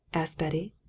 asked betty.